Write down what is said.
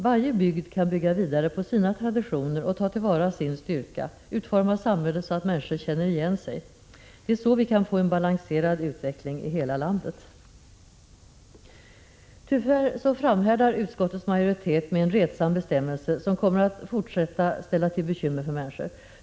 Varje bygd kan bygga vidare på sina traditioner och ta till vara sin styrka, utforma samhället så att människor känner igen sig. Det är så vi kan få en balanserad utveckling i hela landet. Tyvärr framhärdar utskottets majoritet med en retsam bestämmelse, som kommer att fortsätta att ställa till bekymmer för människor.